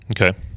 Okay